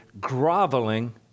groveling